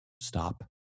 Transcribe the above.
stop